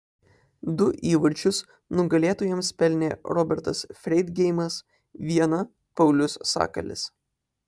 du įvarčius nugalėtojams pelnė robertas freidgeimas vieną paulius sakalis